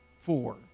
Four